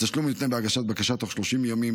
התשלום יותנה בהגשת בקשה תוך 30 ימים